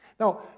Now